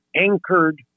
anchored